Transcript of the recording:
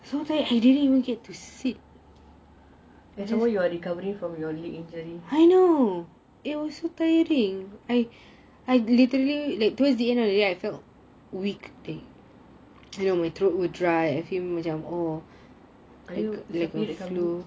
and some more you are recovering from your leg injury are you is your period coming